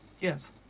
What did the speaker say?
Yes